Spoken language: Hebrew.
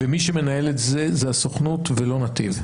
ומי שמנהל את זה היא הסוכנות ולא נתיב.